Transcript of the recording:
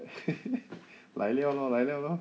来 liao lor 来 liao lor